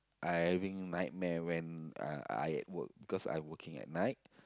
I having nightmare when I I at work because I working at night